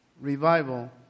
revival